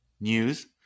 news